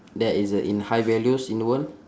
that is a in high values in the world